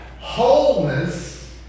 wholeness